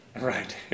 Right